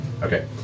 Okay